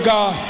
God